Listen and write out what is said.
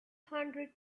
hundred